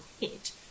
hit